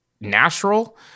natural